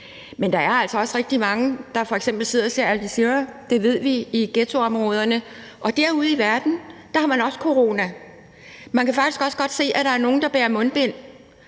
Men der er altså også rigtig mange i ghettoområderne, der f.eks. sidder og ser Al-Jazeera – det ved vi – og derude i verden har man også corona. Man kan faktisk også godt se, at der er nogle, der bærer mundbind,